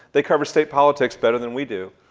they cover state politics better than we do.